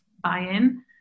buy-in